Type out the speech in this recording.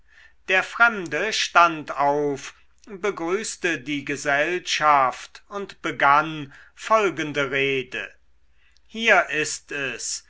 der fremde stand auf begrüßte die gesellschaft und begann folgende rede hier ist es